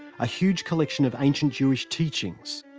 a huge collection of ancient jewish teachings.